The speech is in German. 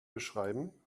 beschreiben